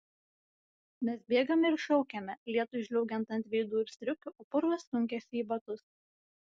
mes bėgame ir šaukiame lietui žliaugiant ant veidų ir striukių o purvas sunkiasi į batus